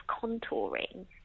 contouring